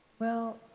well,